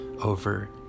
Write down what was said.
over